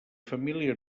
família